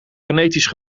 genetisch